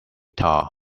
tar